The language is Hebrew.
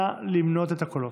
נא למנות את הקולות.